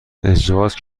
ازدواج